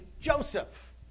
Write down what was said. Joseph